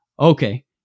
Okay